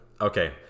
okay